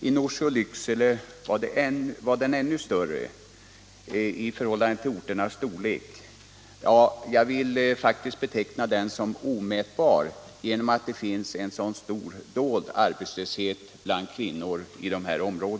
I Norsjö och Lycksele var den ännu större i förhållande till orternas storlek — ja, jag vill faktiskt beteckna den som omätbar, genom att det finns en stor dold arbetslöshet bland kvinnor i dessa områden.